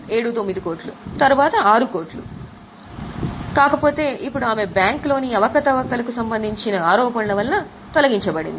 79 తరువాత 6 మరియు ఇప్పుడు ఆమె బ్యాంకులోని అవకతవకలు సంబంధించిన ఆరోపణలు వలన తొలగించబడింది